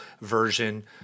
version